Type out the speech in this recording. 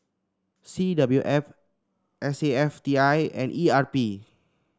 C W F S A F T I and E R P